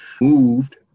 moved